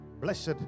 Blessed